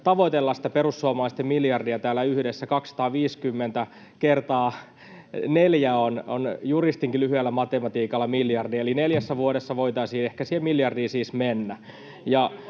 tavoitella sitä perussuomalaisten miljardia täällä yhdessä. 250 kertaa neljä on juristinkin lyhyellä matematiikalla miljardi. Eli neljässä vuodessa voitaisiin ehkä siihen miljardiin siis mennä.